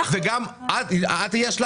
גם לך יש,